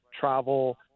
Travel